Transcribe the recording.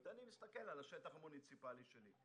אני מסתכל על השטח המוניציפלי שלי.